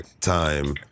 time